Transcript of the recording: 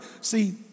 See